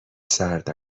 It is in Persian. سرد